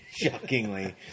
shockingly